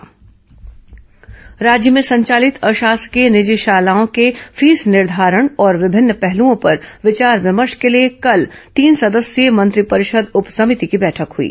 निजी school fees निर्धारण राज्य में संचालित अशासकीय निजी शालाओं के फीस निर्धारण और विभिन्न पहलूओं पर विचार विमर्श के लिए कल तीन सदस्यीय मंत्रिपरिषद उप समिति की बैठक हुई